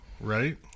right